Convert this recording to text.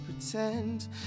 pretend